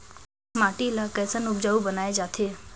माटी ला कैसन उपजाऊ बनाय जाथे?